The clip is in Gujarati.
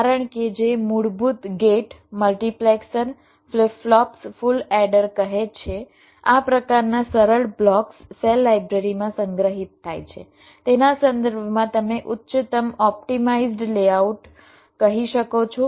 કેટલાક કે જે મૂળભૂત gate multiplexer flip flops full adder કહે છે આ પ્રકારના સરળ બ્લોક્સ સેલ લાઇબ્રેરીમાં સંગ્રહિત થાય છે તેના સંદર્ભમાં તમે ઉચ્ચતમ ઓપ્ટિમાઇઝ્ડ લેઆઉટ કહી શકો છો